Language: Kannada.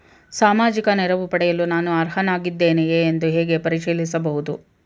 ಸಾಮಾಜಿಕ ನೆರವು ಪಡೆಯಲು ನಾನು ಅರ್ಹನಾಗಿದ್ದೇನೆಯೇ ಎಂದು ಹೇಗೆ ಪರಿಶೀಲಿಸಬಹುದು?